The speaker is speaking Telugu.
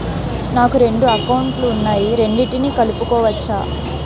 నాకు రెండు అకౌంట్ లు ఉన్నాయి రెండిటినీ కలుపుకోవచ్చా?